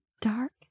dark